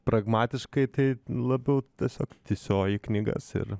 pragmatiškai tai labiau tiesiog tysioji knygas ir